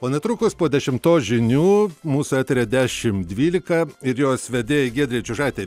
o netrukus po dešimtos žinių mūsų eteryje dešimt dvylika ir jos vedėjai giedrei čiužaitei